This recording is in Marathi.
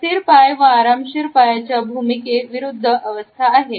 अस्थिर पाय हे आरामशीर पायाच्या भूमी के विरुद्ध अवस्था आहे